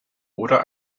oder